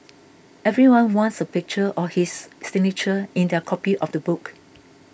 everyone wants a picture or his signature in their copy of the book